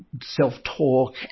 self-talk